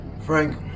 Frank